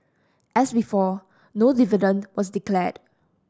as before no dividend was declared